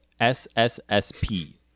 SSSP